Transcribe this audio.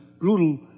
brutal